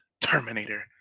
Terminator